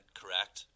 correct